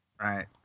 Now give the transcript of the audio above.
Right